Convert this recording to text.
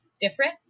different